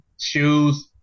shoes